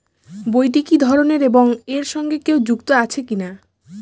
বইটি কি ধরনের এবং এর সঙ্গে কেউ যুক্ত আছে কিনা?